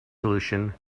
solution